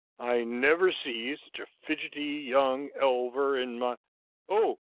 i never see such a fidgety young elver in my oh,